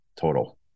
total